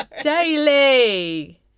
Daily